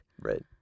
right